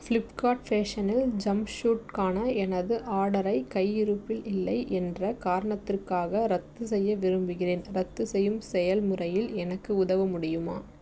Flipkart ஃபேஷனில் ஜம்ப்சூட்க்கான எனது ஆர்டரை கையிருப்பில் இல்லை என்ற காரணத்திற்காக ரத்து செய்ய விரும்புகிறேன் ரத்து செய்யும் செயல்முறையில் எனக்கு உதவ முடியுமா